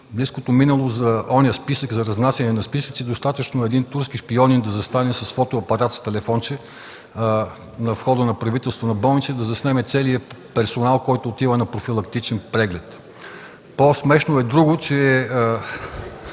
близкото минало за „оня списък” и за разнасяне на списъци. Достатъчно е един турски шпионин да застане с фотоапарат, с телефонче на входа на Правителствена болница, за да заснеме целия персонал, който отива на профилактичен преглед. По-смешно е друго, че